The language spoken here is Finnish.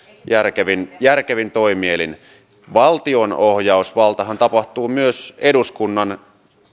järkevin järkevin toimielin valtion ohjausvaltahan tapahtuu myös eduskunnan